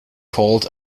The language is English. called